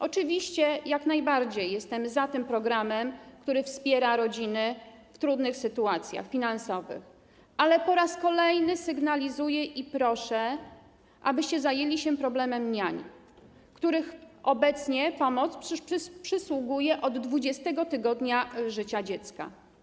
Oczywiście jak najbardziej jestem za tym programem, który wspiera rodziny w trudnej sytuacji finansowej, ale po raz kolejny sygnalizuję i proszę, abyście zajęli się problemem niań, których pomoc obecnie przysługuje od 20. tygodnia życia dziecka.